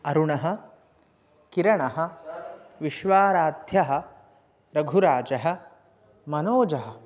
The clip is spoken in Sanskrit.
अरुणः किरणः विश्वाराध्यः रघुराजः मनोजः